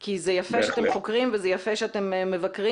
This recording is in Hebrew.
כי זה יפה שאתם חוקרים וזה יפה שאתם מבקרים,